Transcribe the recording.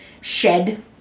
shed